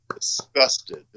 disgusted